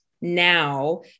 now